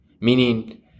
meaning